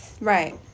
right